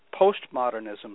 postmodernism